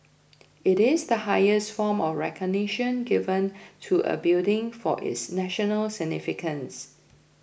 it is the highest form of recognition given to a building for its national significance